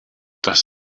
das